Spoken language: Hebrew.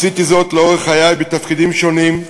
עשיתי זאת לאורך חיי בתפקידים שונים,